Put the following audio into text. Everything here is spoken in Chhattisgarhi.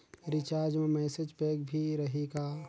रिचार्ज मा मैसेज पैक भी रही का?